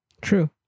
True